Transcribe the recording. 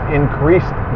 increased